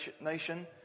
nation